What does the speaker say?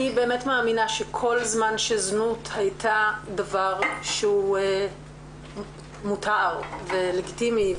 אני באמת מאמינה שכל זמן שזנות הייתה דבר שהוא מותר ולגיטימי,